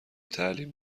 تعلیم